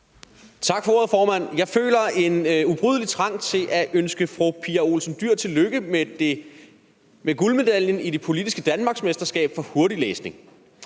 Tak for ordet, formand. Jeg føler en ubrydelig trang til at ønske fru Pia Olsen Dyhr tillykke med guldmedaljen i det politiske danmarksmesterskab i hurtiglæsning.